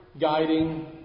guiding